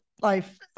life